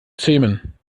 zähmen